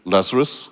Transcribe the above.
Lazarus